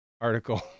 article